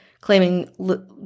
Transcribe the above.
claiming